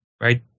right